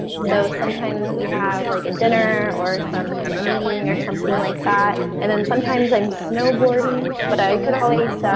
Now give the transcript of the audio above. so sometimes we have like a dinner or some meeting or something like that. and then sometimes i'm snowboarding, but i could always